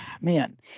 man